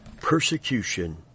persecution